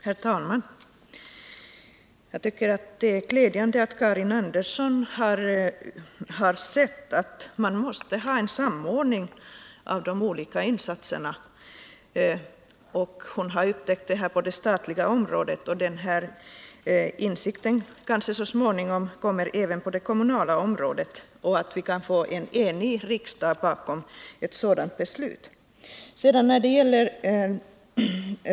Herr talman! Jag tycker att det är glädjande att Karin Andersson sett att man måste ha en samordning mellan de olika insatserna. Hon har upptäckt detta på det statliga området, men kanske kommer insikten så småningom även på det kommunala området, så att vi kan få enighet i riksdagen bakom ett sådant beslut.